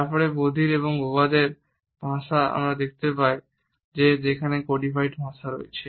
তারপরে বধির এবং বোবাদের ভাষা আমরা দেখতে পাই যে সেখানে কোডিফাইড ভাষা রয়েছে